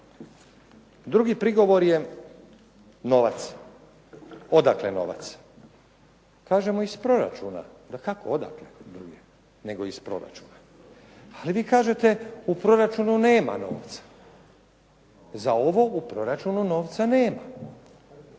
Drugi prigovor je novac. Odakle novac? Kažemo iz proračuna, dakako odakle bi drugdje nego iz proračuna. Ali vi kažete u proračunu nema novca. Za ovo u proračunu novca nema.